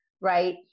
right